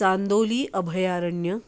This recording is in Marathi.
चांदोली अभयारण्य